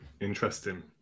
Interesting